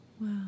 Wow